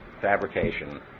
Fabrication